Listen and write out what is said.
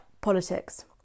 politics